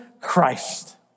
Christ